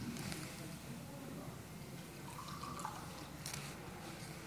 כנראה הוא בכלל לא קשור לעניינים.